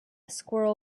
squirrel